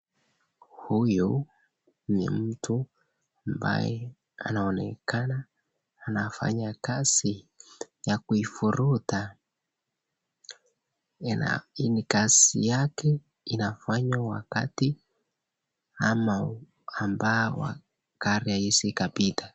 Huyu ni mtu ambaye anaonekana anafanya kazi ya kuivuruta. Hii na kazi yake inafanywa wakati ambaobgari haiwezi ikapita